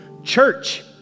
Church